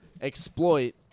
exploit